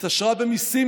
התעשרה במיסים,